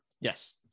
yes